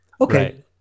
Okay